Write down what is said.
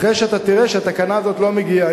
אחרי שאתה תראה שהתקנה הזאת לא מגיעה,